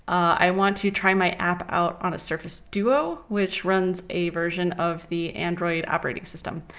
i want to try my app out on a surface duo, which runs a version of the android operating system.